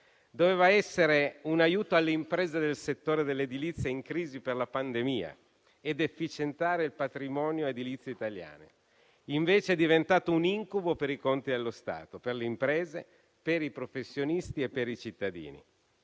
Doveva essere un aiuto alle imprese del settore dell'edilizia in crisi per la pandemia e doveva efficientare il patrimonio edilizio italiano. Invece è diventato un incubo per i conti dello Stato, per le imprese, per i professionisti e per i cittadini.